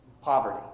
Poverty